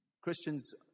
Christians